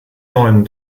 neuen